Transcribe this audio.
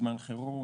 בזמן חירום